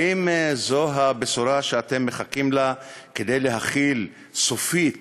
האם זו הבשורה שאתם מחכים לה כדי להחיל סופית